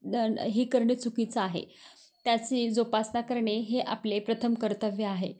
न हे करणं चुकीचं आहे त्याची जोपासना करणे हे आपले प्रथम कर्तव्य आहे